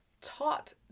taught